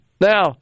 Now